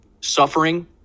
suffering